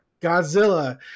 Godzilla